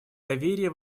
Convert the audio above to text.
доверие